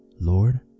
Lord